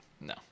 No